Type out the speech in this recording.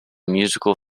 musical